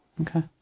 Okay